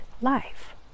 life